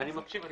אני מקשיב.